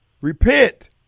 Repent